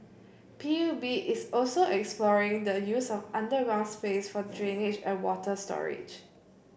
P U B is also exploring the use of underground space for drainage and water storage